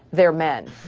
they're men